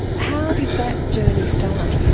how did that journey start?